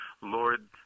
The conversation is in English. lord